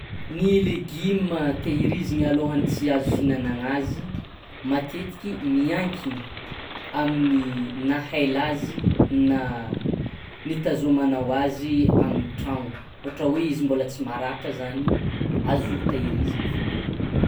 Ny legime a tehirizigny alaohan'ny tsy azo hinanagna azy matetiky miankigny amin'ny nahaila azy na nitazomanao azy amin'ny tragno ohatra hoe izy mbaola tsy maratra zany azo taihirizigny faogna.